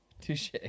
Touche